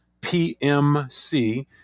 PMC